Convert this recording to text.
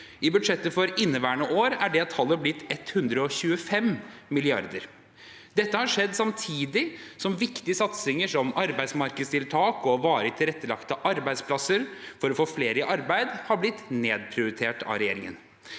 i budsjettet for inneværende år er det tallet blitt 125 mrd. kr. Dette har skjedd samtidig som viktige satsinger som arbeidsmarkedstiltak og varig tilrettelagte arbeidsplasser for å få flere i arbeid har blitt nedprioritert av regjeringen.